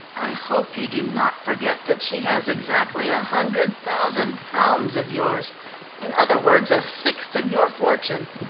i hope you do not forget that she has exactly a hundred thousand pounds of yours in other words, a sixth of your fortune.